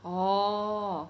orh